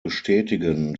bestätigen